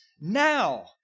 now